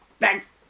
thanks